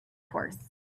course